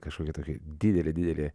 kažkokį tokį didelį didelį